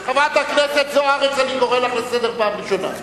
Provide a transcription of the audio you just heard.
חברת הכנסת זוארץ, אני קורא לך לסדר פעם ראשונה.